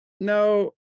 Now